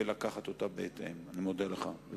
ולהתייחס אליה בהתאם.